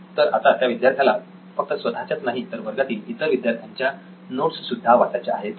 तर आता त्या विद्यार्थ्याला फक्त स्वतःच्याच नाहीतर वर्गातील इतर विद्यार्थ्यांच्या नोट्स सुद्धा वाचायच्या आहेत